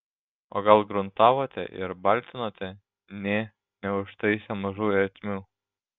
o gal gruntavote ir baltinote nė neužtaisę mažų ertmių